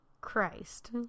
Christ